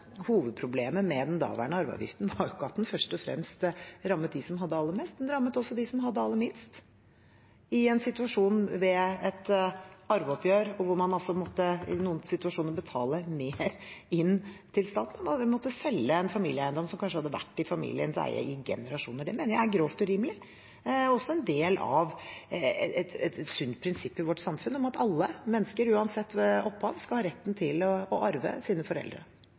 hovedproblemet med den daværende arveavgiften var ikke at den først og fremst rammet dem som hadde aller mest. Den rammet også dem som hadde aller minst – ved et arveoppgjør måtte man i noen situasjoner betale mer inn til staten og selge en familieeiendom som kanskje hadde vært i familiens eie i generasjoner. Det mener jeg er grovt urimelig. Det er også en del av et sunt prinsipp i vårt samfunn at alle mennesker, uansett opphav, skal ha rett til å arve sine foreldre.